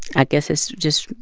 i guess it's just,